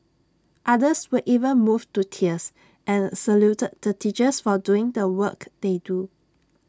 others were even moved to tears and saluted the teachers for doing the work they do